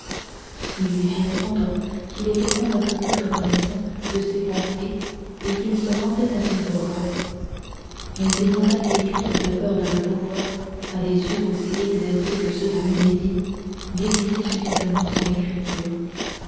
il lui fit répondre qu'il était on ne peut plus reconnaissant de ses bontés et qu'il se rendrait à ses ordres mais il n'osa lui écrire de peur de ne pouvoir à des yeux aussi exercés que ceux de milady déguiser suffisamment son écriture